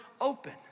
open